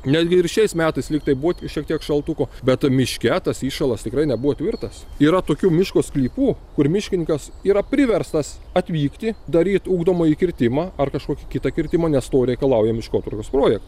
netgi ir šiais metais lygtai būt šiek tiek šaltuko bet miške tas įšalas tikrai nebuvo tvirtas yra tokių miško sklypų kur miškininkas yra priverstas atvykti daryt ugdomąjį kirtimą ar kažkokį kitą kirtimą nes to reikalauja miškotvarkos projektai